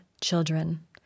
children